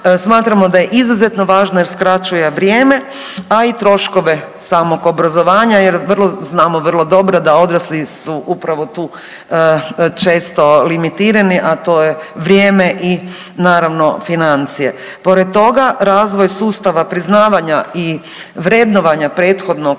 smatramo da je izuzetno važno jer skraćuje vrijeme, a i troškove samo obrazovanja jer znamo vrlo dobro da odrasli su upravo tu često limitirani, a to je vrijeme i naravno financije. Pored toga, razvoj sustava priznavanja i vrednovanja prethodnog